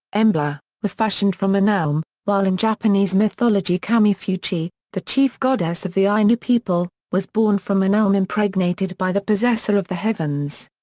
embla, was fashioned from an elm, while in japanese mythology kamuy fuchi, the chief goddess of the ainu people, was born from an elm impregnated by the possessor of the heavens.